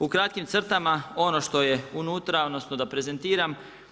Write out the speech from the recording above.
U kratkim crtama ono što je unutra, odnosno da prezentiram.